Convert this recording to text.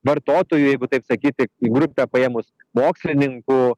vartotojų jeigu taip sakyti grupę paėmus mokslininkų